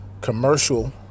commercial